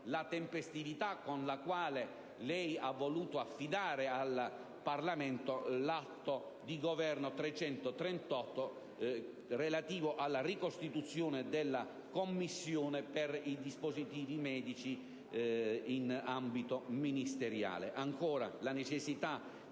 la tempestività con la quale ha voluto affidare al Parlamento l'Atto del Governo n. 338, relativo alla ricostituzione della Commissione per i dispositivi medici in ambito ministeriale. Vi è poi la necessità